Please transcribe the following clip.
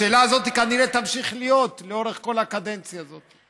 השאלה הזאת כנראה תמשיך להיות לאורך כל הקדנציה הזאת.